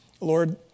Lord